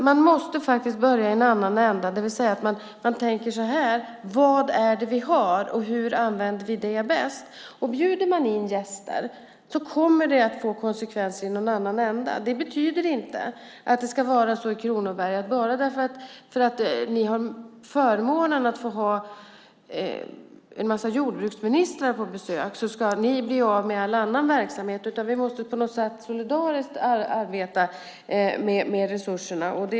Man måste börja i en annan ända, det vill säga att man tänker på vad det är vi har och hur man använder det bäst. Bjuder man in gäster kommer det att få konsekvenser i någon annan ända. Det betyder inte att bara för att ni i Kronoberg har förmånen att få ha en massa jordbruksministrar på besök ska ni bli av med all annan verksamhet. Vi måste arbeta solidariskt med resurserna.